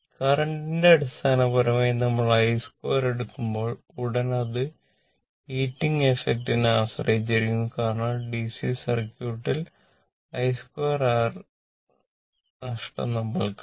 കറന്റിന്റെ അടിസ്ഥാനപരമായി നമ്മൾ i2 എടുക്കുമ്പോൾ ഉടൻ അത് ഹീറ്റിംഗ് എഫ്ഫക്റ്റ് നെ ആശ്രയിച്ചിരിക്കുന്നു കാരണം ഡിസി സർക്യൂട്ടിൽ i2r നഷ്ടം നമ്മൾ കണ്ടു